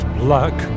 black